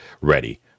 ready